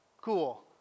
Cool